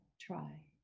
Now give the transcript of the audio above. try